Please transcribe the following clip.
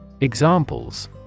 Examples